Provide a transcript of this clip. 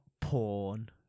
porn